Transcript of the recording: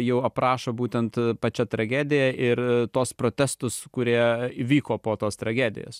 jau aprašo būtent pačią tragediją ir tuos protestus kurie vyko po tos tragedijos